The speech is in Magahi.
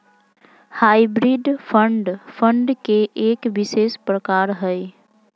हाइब्रिड फंड, फंड के एक विशेष प्रकार हय